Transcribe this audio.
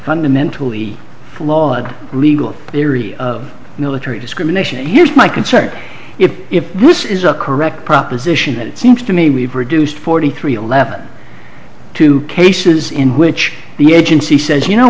fundamentally flawed legal theory of military discrimination and here's my concern if if this is a correct proposition it seems to me we've reduced forty three eleven two cases in which the agency says you know